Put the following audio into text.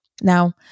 Now